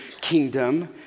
kingdom